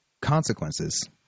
consequences